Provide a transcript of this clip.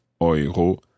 Euro